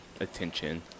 attention